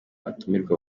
abatumirwa